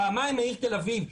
פעמיים העיר תל אביב,